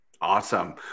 Awesome